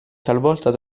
talvolta